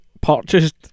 purchased